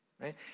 right